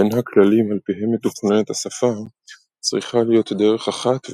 בין הכללים על פיהם מתוכננת השפה "צריכה להיות דרך אחת,